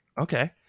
Okay